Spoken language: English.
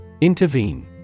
Intervene